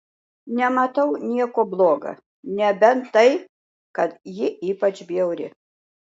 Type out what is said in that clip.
nematau nieko bloga nebent tai kad ji ypač bjauri